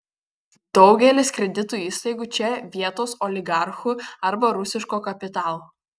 daugelis kredito įstaigų čia vietos oligarchų arba rusiško kapitalo